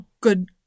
good